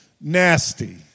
nasty